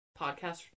podcast